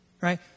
right